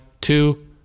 two